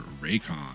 Raycon